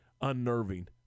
unnerving